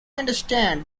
understand